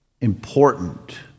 important